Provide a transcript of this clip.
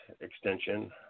extension